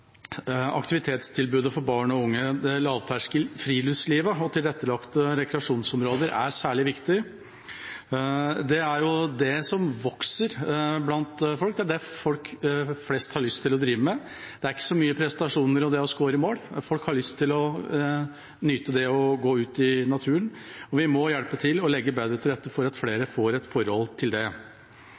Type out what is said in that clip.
aktivitetstilbudet for barn og unge: Lavterskel friluftsliv og tilrettelagte rekreasjonsområder er særlig viktig. Det er det som vokser blant folk. Det er det folk flest har lyst til å drive med. Det er ikke så mye prestasjoner og det å score mål. Folk har lyst til å nyte det å gå ut i naturen, og vi må hjelpe til med å legge bedre til rette slik at flere får et forhold til det.